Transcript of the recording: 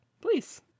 Please